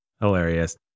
hilarious